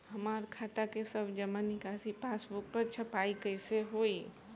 हमार खाता के सब जमा निकासी पासबुक पर छपाई कैसे होई?